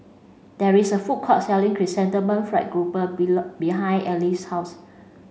there is a food court selling Chrysanthemum fried grouper behind Ell's house